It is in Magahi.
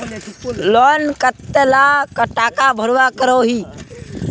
लोन कतला टाका भरवा करोही?